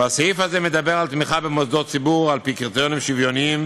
והסעיף הזה מדבר על תמיכה במוסדות ציבור על-פי קריטריונים שוויוניים